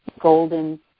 golden